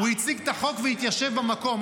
הוא הציג את החוק והתיישב במקום.